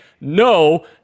no